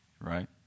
Right